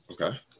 Okay